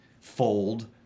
fold